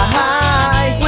high